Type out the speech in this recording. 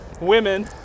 women